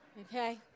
Okay